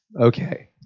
Okay